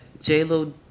J-Lo